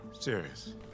Serious